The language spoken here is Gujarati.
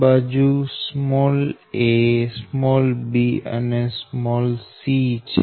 બાજુ ab અને c છે